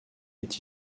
est